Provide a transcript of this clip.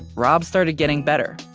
rob started getting better.